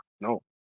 No